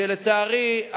ולצערי,